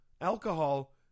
alcohol